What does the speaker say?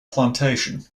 plantation